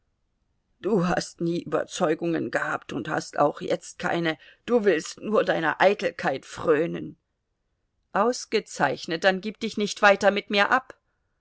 du hast nie überzeugungen gehabt und hast auch jetzt keine du willst nur deiner eitelkeit frönen ausgezeichnet dann gib dich nicht weiter mit mir ab